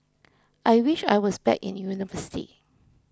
I wish I was back in university